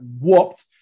whooped